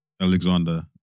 Alexander